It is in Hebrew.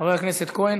חבר הכנסת כהן.